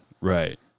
right